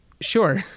sure